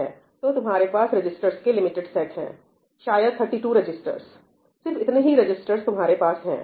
तो तुम्हारे पास रजिस्टर्स के लिमिटेड सेट हैं शायद 32 रजिस्टर्स सिर्फ इतने ही रजिस्टर्स तुम्हारे पास है